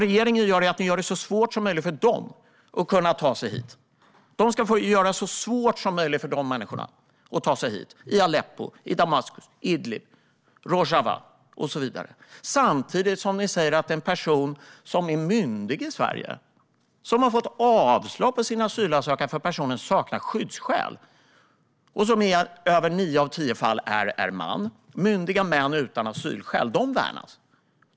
Regeringen gör det så svårt som möjligt för människorna i Aleppo, Damaskus, Idlib, Rojava och så vidare att ta sig hit. Samtidigt säger ni att en person i Sverige som är myndig och har fått avslag på sin asylansökan för att personen saknar skyddsskäl ska få förlängt uppehållstillstånd. I över nio av tio fall är det män. Myndiga män utan asylskäl värnas.